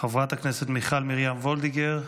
חברת הכנסת מיכל מרים וולדיגר,